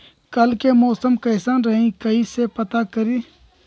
कल के मौसम कैसन रही कई से पता करी?